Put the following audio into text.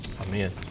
Amen